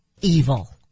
evil